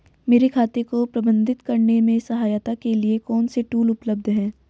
मेरे खाते को प्रबंधित करने में सहायता के लिए कौन से टूल उपलब्ध हैं?